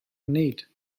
need